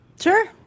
Sure